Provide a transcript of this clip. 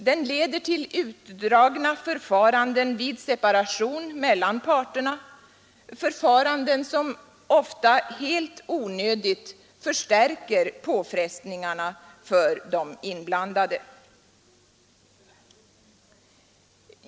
Den leder till utdragna förfaranden vid separation mellan parterna, förfaranden som — ofta helt onödigt — förstärker påfrestningarna för de inblandade.